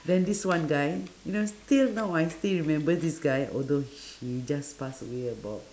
then this one guy you know still now I still remember this guy although he just pass away about